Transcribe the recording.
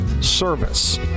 service